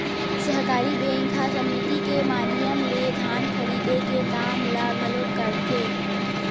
सहकारी बेंक ह समिति के माधियम ले धान खरीदे के काम ल घलोक करथे